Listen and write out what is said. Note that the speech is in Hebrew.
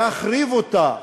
להחריב אותה,